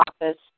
office